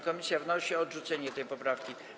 Komisja wnosi o odrzucenie tej poprawki.